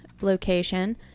location